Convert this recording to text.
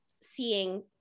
seeing